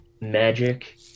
magic